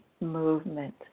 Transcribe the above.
movement